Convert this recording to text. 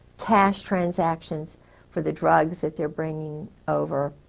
cash transactions for the drugs that they're bringing over,